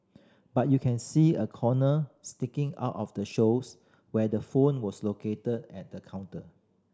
but you can see a corner sticking out of the shows where the phone was located on the counter